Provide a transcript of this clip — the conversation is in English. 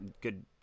good